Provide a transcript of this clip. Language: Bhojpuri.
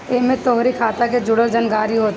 एमे तोहरी खाता के जुड़ल जानकारी होत हवे